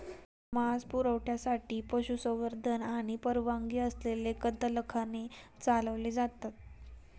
मांस पुरवठ्यासाठी पशुसंवर्धन आणि परवानगी असलेले कत्तलखाने चालवले जातात